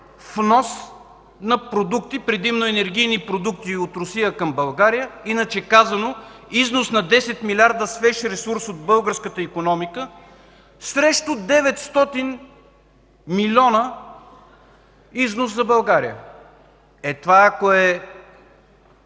внос на продукти, предимно енергийни продукти от Русия към България, иначе казано износ на 10 милиарда свеж ресурс от българската икономика срещу 900 милиона износ за България! Е, това ако е